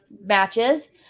matches